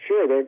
Sure